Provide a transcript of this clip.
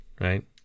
right